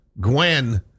Gwen